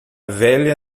velha